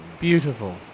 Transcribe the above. Beautiful